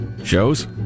Shows